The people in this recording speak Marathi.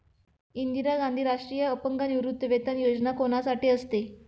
इंदिरा गांधी राष्ट्रीय अपंग निवृत्तीवेतन योजना कोणासाठी असते?